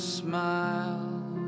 smile